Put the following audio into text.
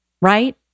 right